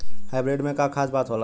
Hybrid में का खास बात होला?